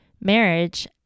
marriage